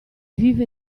vive